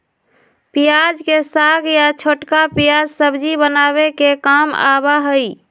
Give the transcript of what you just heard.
प्याज के साग या छोटका प्याज सब्जी बनावे के काम आवा हई